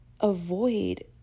avoid